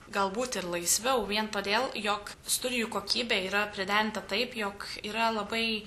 galbūt ir laisviau vien todėl jog studijų kokybė yra priderinta taip jog yra labai